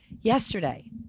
Yesterday